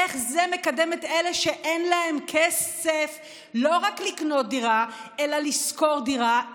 איך זה מקדם את אלה שאין להם כסף לא רק לקנות דירה אלא לשכור דירה,